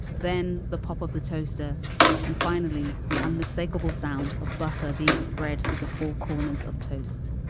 then the pop of the toaster and finally the unmistakable sound of butter being spread to the four corners of toast.